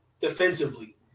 defensively